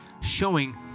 showing